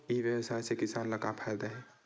ई व्यवसाय से किसान ला का फ़ायदा हे?